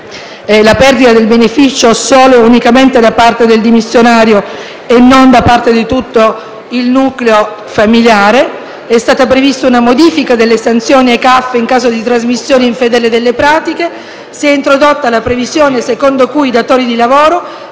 la perdita del beneficio solo e unicamente da parte del dimissionario e non da parte di tutto il nucleo familiare. È stata prevista una modifica delle sanzioni ai CAF in caso di trasmissione infedele delle pratiche. Si è introdotta la previsione secondo cui i datori di lavoro